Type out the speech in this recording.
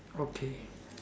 okay